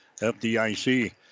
FDIC